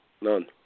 None